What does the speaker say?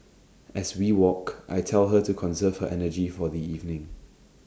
as we walk I tell her to conserve her energy for the evening